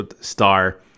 star